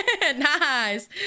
Nice